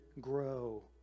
grow